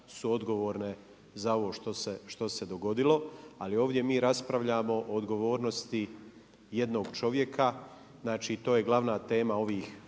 su odgovorne za ovo što se dogodilo. Ali ovdje mi raspravljamo o odgovornosti jednog čovjeka, znači to je glavna tema ovih